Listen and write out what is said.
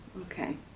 Okay